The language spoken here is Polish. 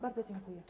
Bardzo dziękuję.